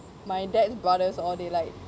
my dad's brothers all they like